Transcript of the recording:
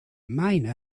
miner